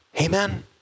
Amen